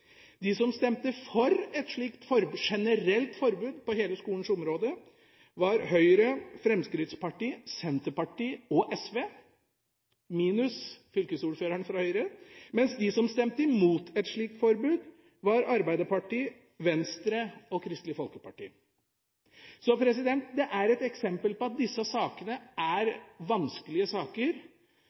De som stemte for et slikt generelt forbud på hele skolens område, var Høyre – minus fylkesordføreren – Fremskrittspartiet, Senterpartiet og SV, mens de som stemte imot et slikt forbud, var Arbeiderpartiet, Venstre og Kristelig Folkeparti. Dette er et eksempel på at disse sakene er vanskelige,